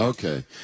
Okay